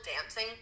dancing